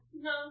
No